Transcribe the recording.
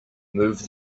move